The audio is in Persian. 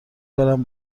برم